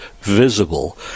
visible